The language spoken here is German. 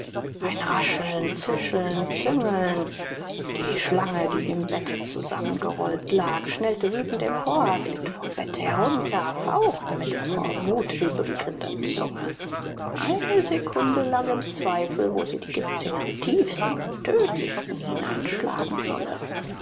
ein rascheln zischeln züngeln die schlange die im bette zusammengerollt lag schnellte wütend empor glitt vom bett herunter fauchte mit der vor wut vibrierenden zunge eine sekunde lang im zweifel wo sie die giftzahne am tiefsten und tödlichsten hineinschlagen solle